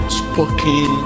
spoken